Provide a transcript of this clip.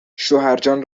شوهرجان